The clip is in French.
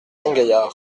montgaillard